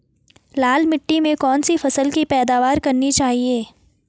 लाल मिट्टी में कौन सी फसल की पैदावार करनी चाहिए?